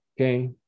Okay